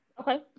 Okay